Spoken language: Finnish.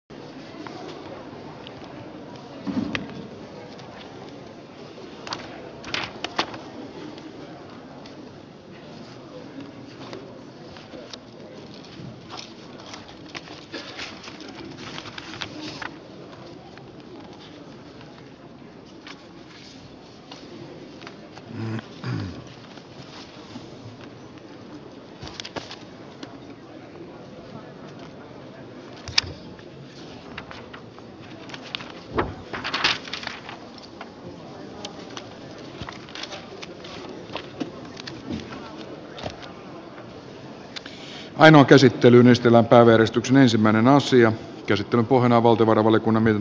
ainoa käsitteli myös tilapää verestyksen ensimmäinen aasian käsittelyn pohjana on valtiovarainvaliokunnan mietintö